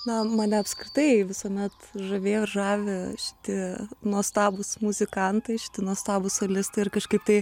na mane apskritai visuomet žavėjo žavi šiti nuostabūs muzikantai šiti nuostabūs solistai ir kažkaip tai